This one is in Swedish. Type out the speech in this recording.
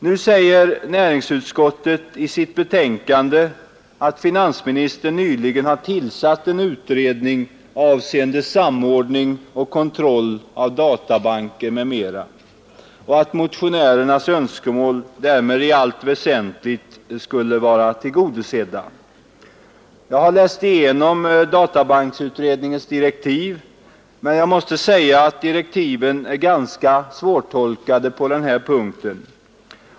Nu säger näringsutskottet i sitt betänkande att finansministern nyligen har tillsatt en utredning avseende samordning och kontroll av databanker m.m., och att motionärernas önskemål därmed i allt väsentligt är tillgodosedda. Jag har läst igenom databanksutredningens direktiv, men jag måste säga att direktiven är ganska svårtolkade på den här punkten.